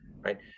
right